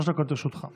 שלוש דקות לרשותך.